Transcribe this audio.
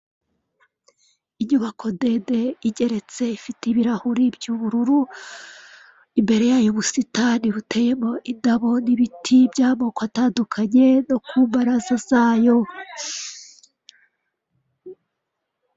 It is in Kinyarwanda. Inyubako ndende igeretse, ifite ibirahuri by'ubururu, imbere yayo ubusitani buteyemo indabo n'ibiti by'amoko atandukanye, no ku mbaraza zayo.